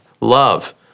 love